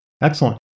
Excellent